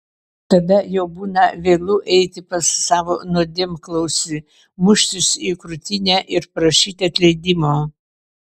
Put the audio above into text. tada jau būna vėlu eiti pas savo nuodėmklausį muštis į krūtinę ir prašyti atleidimo